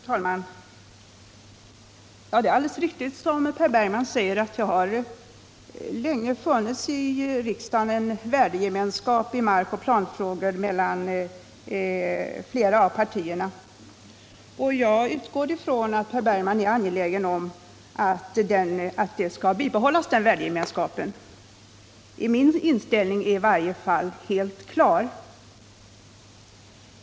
Herr talman! Det är alldeles riktigt som herr Bergman säger att det länge har funnits en värdegemenskap i markoch planfrågor mellan flera av partierna i riksdagen. Och jag utgår ifrån att Per Bergman är angelägen om att den skall bibehållas. Min inställning är i varje fall helt klar.